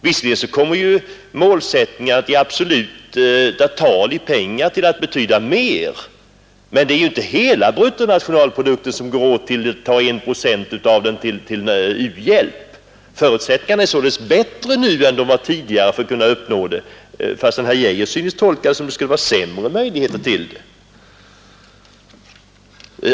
Visserligen kommer målsättningen i absoluta tal, i pengar, att betyda mer, men det är inte hela ökningen av bruttonationalprodukten som går åt om vi tar en procent av den till u-hjälp. Förutsättningarna är således bättre nu än de var tidigare för att uppnå enprocentsmålet, fastän herr Geijer synes tolka situationen som om den gav sämre möjligheter till det.